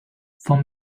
for